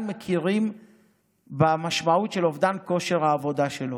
מכירים במשמעות של אובדן כושר העבודה שלו,